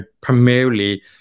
primarily